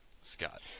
Scott